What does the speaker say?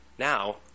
Now